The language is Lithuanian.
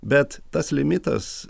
bet tas limitas